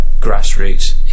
grassroots